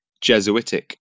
Jesuitic